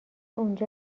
اونجا